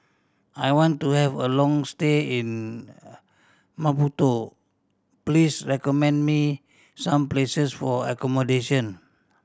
I want to have a long stay in Maputo please recommend me some places for accommodation